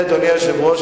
אדוני היושב-ראש,